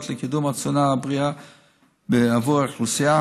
לקידום התזונה הבריאה עבור האוכלוסייה,